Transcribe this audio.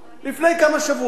לפני כמה שבועות,